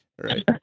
right